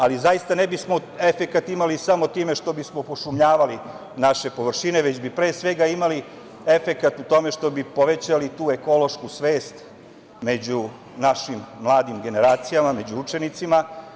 Ali, zaista ne bismo efekat imali samo time što bismo pošumljavali naše površine, već bi pre svega imali efekat u tome što bi povećali tu ekološku svest među našim mladim generacijama, među učenicima.